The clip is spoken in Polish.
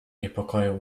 niepokoju